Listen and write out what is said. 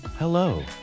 Hello